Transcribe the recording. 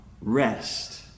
rest